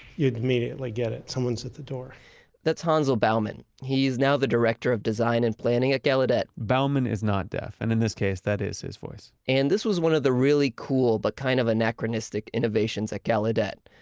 you'd immediately get it someone's at the door that's hansel bauman. he's now the director of design and planning at gallaudet bauman is not deaf. and in this case, that is his voice and this was one of the really cool but kind of anachronistic innovations at gallaudet.